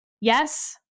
Yes